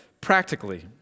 practically